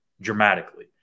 dramatically